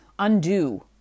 undo